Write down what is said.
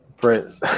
Prince